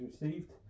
received